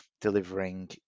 delivering